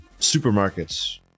supermarkets